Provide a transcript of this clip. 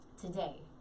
today